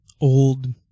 old